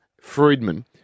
Friedman